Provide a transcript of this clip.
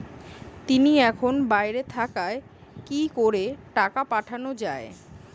তিনি এখন বাইরে থাকায় কি করে টাকা পাঠানো য়ায়?